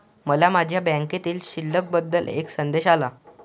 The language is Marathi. मला माझ्या बँकेतील शिल्लक बद्दल एक संदेश आला